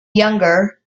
younger